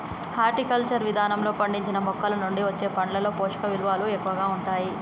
horticulture విధానంలో పండించిన మొక్కలనుండి వచ్చే పండ్లలో పోషకవిలువలు ఎక్కువగా ఉంటాయి